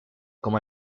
como